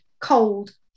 cold